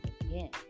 again